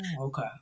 okay